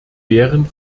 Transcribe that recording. wären